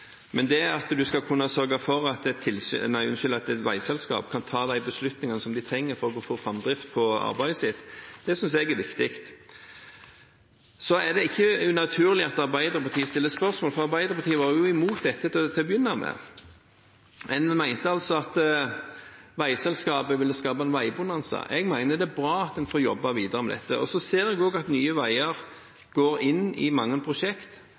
Men det at en skal kunne sørge for at et veiselskap kan ta de beslutningene som de trenger for å få framdrift på arbeidet sitt, synes jeg er viktig. Så er det ikke unaturlig at Arbeiderpartiet stiller spørsmål, for Arbeiderpartiet var jo imot dette til å begynne med. En mente at veiselskapet ville skape en veibonanza. Jeg mener det er bra at en får jobbe videre med dette. Så ser jeg også at Nye Veier går inn i mange